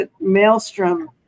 Maelstrom